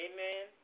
Amen